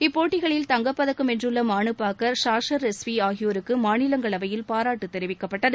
இப்போட்டிகளில் தங்கப் பதக்கம் வென்றுள்ள மனு பாக்கர் ஷாஸர் ரெஸ்வி ஆகியோருக்கு மாநிலங்களவையில் பாராட்டு தெரிவிக்கப்பட்டது